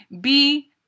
B-